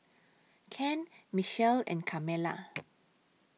Ken Mitchell and Carmela